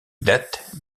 date